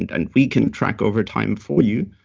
and and we can track overtime for you.